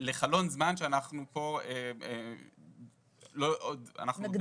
לחלון זמן שאנחנו פה עוד --- נגדיר.